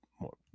More